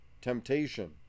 temptation